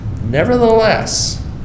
Nevertheless